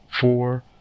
four